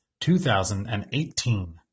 2018